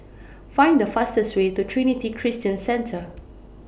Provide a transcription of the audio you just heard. Find The fastest Way to Trinity Christian Centre